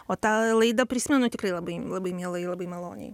o tą laidą prisimenu tikrai labai labai mielai labai maloniai